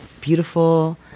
beautiful